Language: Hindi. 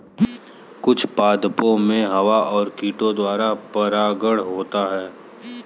कुछ पादपो मे हवा और कीट द्वारा परागण होता है